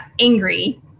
angry